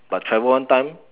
but travel one time